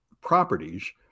properties